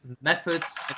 methods